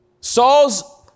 Saul's